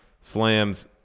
slams